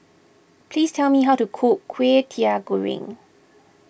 please tell me how to cook Kwetiau Goreng